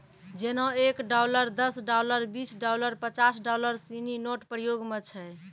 जेना एक डॉलर दस डॉलर बीस डॉलर पचास डॉलर सिनी नोट प्रयोग म छै